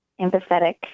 empathetic